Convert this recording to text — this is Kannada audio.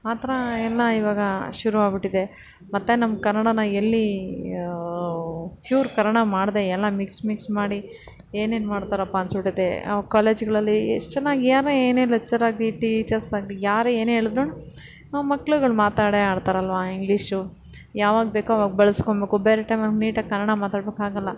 ಆ ಥರ ಎಲ್ಲ ಇವಾಗ ಶುರುವಾಗ್ಬಿಟ್ಟಿದೆ ಮತ್ತು ನಮ್ಮ ಕನ್ನಡನ ಎಲ್ಲಿ ಪ್ಯೂರ್ ಕನ್ನಡ ಮಾಡದೇ ಎಲ್ಲ ಮಿಕ್ಸ್ ಮಿಕ್ಸ್ ಮಾಡಿ ಏನೇನು ಮಾಡ್ತಾರಪ್ಪ ಅನ್ನಿಸ್ಬಿಟ್ಟೈತೆ ಆ ಕಾಲೇಜ್ಗಳಲ್ಲಿ ಎಷ್ಟು ಚೆನ್ನಾಗಿ ಯಾರನ್ನೇ ಏನೇ ಲೇಚ್ಚರಾಗಲಿ ಟೀಚರ್ಸಾಗಲಿ ಯಾರೇ ಏನೆ ಹೇಳಿದರೂ ಮಕ್ಕಳುಗಳು ಮಾತಾಡೆ ಆಡ್ತಾರಲ್ವ ಇಂಗ್ಲಿಷು ಯಾವಾಗ ಬೇಕು ಅವಾಗ ಬಳಸ್ಕೋಬೇಕು ಬೇರೆ ಟೈಮಲ್ಲಿ ನೀಟಾಗಿ ಕನ್ನಡ ಮಾತಾಡೋಕ್ಕಾಗಲ್ಲ